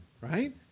right